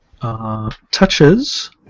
Touches